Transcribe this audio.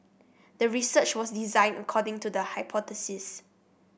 the research was designed according to the hypothesis